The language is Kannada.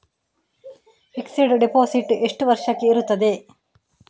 ಫಿಕ್ಸೆಡ್ ಡೆಪೋಸಿಟ್ ಎಷ್ಟು ವರ್ಷಕ್ಕೆ ಇರುತ್ತದೆ?